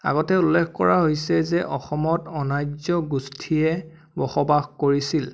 আগতে উল্লেখ কৰা হৈছে যে অসমত অনাৰ্য গোষ্ঠীয়ে বসবাস কৰিছিল